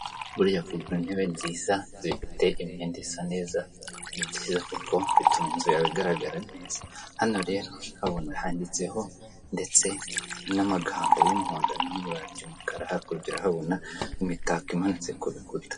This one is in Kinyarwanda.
Intebe nziza zifite imyenda isa neza nibyiza kuko bituma inzu yawe igaragara neza, hano rero urahabona handitseho ndetse n'amagambo y'umuhondo no mu ibara ryumukara hakurya urahabona imitako imanitse ku rukuta.